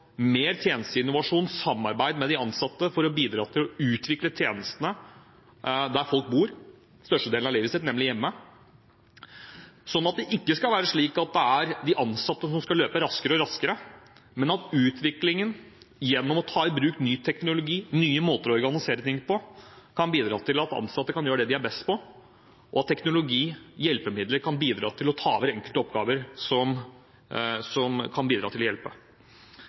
mer tjenesteinnovasjon, samarbeid med de ansatte for å bidra til å utvikle tjenestene der folk bor størstedelen av livet sitt, nemlig hjemme. Det skal ikke være slik at det er de ansatte som skal løpe raskere og raskere, men at utviklingen gjennom å ta i bruk ny teknologi og nye måter å organisere ting på kan bidra til at ansatte kan gjøre det de er best på, og at teknologi og hjelpemidler kan bidra til å ta over enkelte oppgaver og bidra til å hjelpe.